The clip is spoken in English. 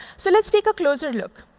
so let's take a closer look.